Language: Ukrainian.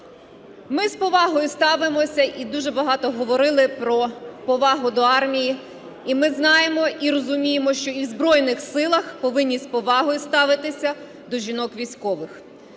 Ми з повагою ставимося і дуже багато говорили про повагу до армії. І ми знаємо і розуміємо, що і в Збройних Силах повинні з повагою ставитися до жінок-військових.